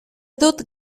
dut